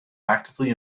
actively